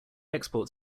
export